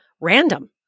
random